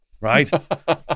right